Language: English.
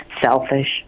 selfish